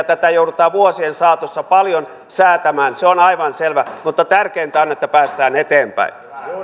tätä joudutaan vuosien saatossa paljon säätämään se on aivan selvä mutta tärkeintä on että päästään eteenpäin